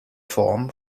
form